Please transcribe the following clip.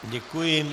Děkuji.